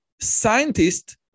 Scientists